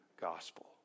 gospel